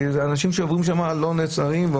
אנשים שעוברים שם לא נעצרים.